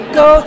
go